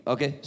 Okay